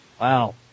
Wow